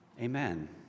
Amen